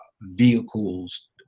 vehicles